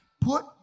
put